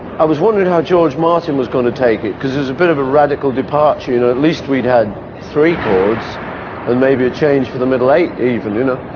i was wondering how george martin was going to take it because it was a bit of a radical departure. you know at least we'd had three chords and maybe a change for the middle eight even, you know.